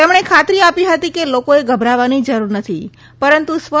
તેમણે ખાતરી આપી હતી કે લોકોએ ગભરાવાની જરૂર નથી પરંતુ સ્વ